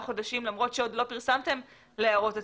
חודשים למרות שעוד לא פרסמתם להערות הציבור,